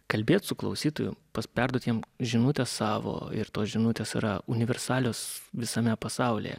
kalbėt su klausytoju pas perduot jam žinutę savo ir tos žinutės yra universalios visame pasaulyje